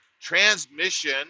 transmission